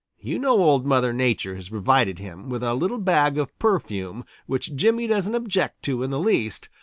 you know old mother nature has provided him with a little bag of perfume which jimmy doesn't object to in the least,